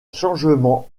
changements